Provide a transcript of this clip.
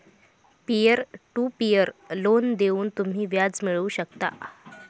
peer to peer loan देऊन तुम्ही व्याज मिळवू शकता